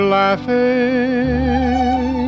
laughing